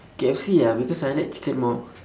K_F_C ah because I like chicken more